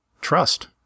Trust